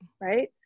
right